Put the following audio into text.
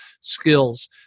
skills